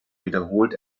wiederholt